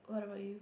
what about you